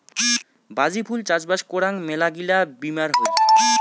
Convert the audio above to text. বাজি ফুল চাষবাস করাং মেলাগিলা বীমার হই